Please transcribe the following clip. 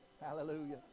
Hallelujah